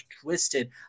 twisted